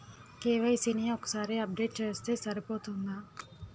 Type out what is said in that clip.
KYC ని ఒక్కసారి update చేస్తే సరిపోతుందా?